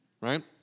right